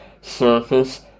surface